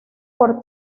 por